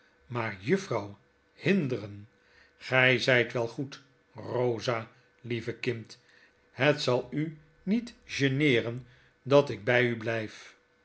maar juffrouw hinderen gij zyt wel goed eosa lieve kind het zal u niet geneeren dat ik by u blyf